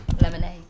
Lemonade